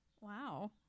Wow